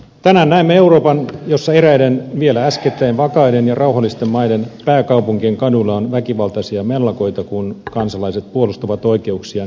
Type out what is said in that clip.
tänään näemme euroopan jossa eräiden vielä äskettäin vakaiden ja rauhallisten maiden pääkaupunkien kaduilla on väkivaltaisia mellakoita kun kansalaiset puolustavat oikeuksiaan hyvinvointiin